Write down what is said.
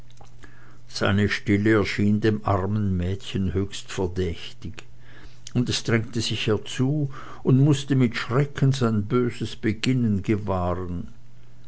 seine stille erschien dem armen mädchen höchst verdächtig und es drängte sich herzu und mußte mit schrecken sein böses beginnen gewahren